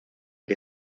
que